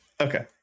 Okay